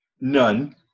None